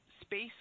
space